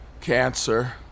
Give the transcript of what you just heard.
cancer